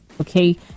Okay